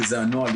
כי זה הנוהל,